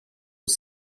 was